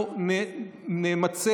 בסגנון הדיבור שאימצו כאן בכנסת אנחנו נמצה